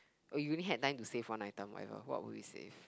oh you only had nine to save one item whatever what would you save